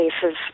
cases